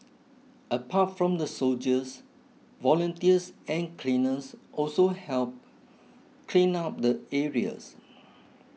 apart from the soldiers volunteers and cleaners also helped clean up the areas